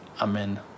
Amen